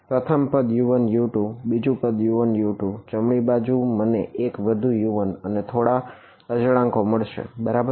પ્રથમ પદU1U2 બીજું પદ U1U2 જમણી બાજુ મને વધુ એક U1 અને થોડા આચળાંકો મળશે બરાબર